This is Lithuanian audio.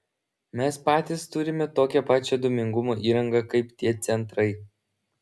mes patys turime tokią pačią dūmingumo įrangą kaip tie centrai